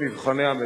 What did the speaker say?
את הטכניון,